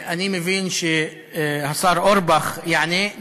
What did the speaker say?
אני מבין שהשר אורבך יענה.